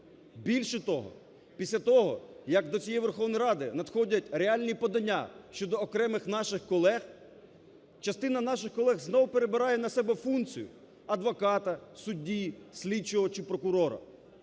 Більше того, після того, як до цієї Верховної Ради надходять реальні подання щодо окремих наших колег, частина наших колег знову перебирає на себе функцію адвоката, судді, слідчого чи прокурора.